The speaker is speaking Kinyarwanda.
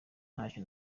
ntacyo